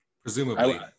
presumably